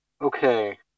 Okay